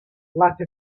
like